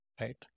right